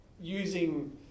using